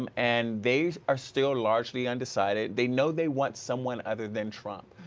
um and they are still largely undecided, they know they want someone other than trump,